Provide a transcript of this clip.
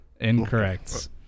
Incorrect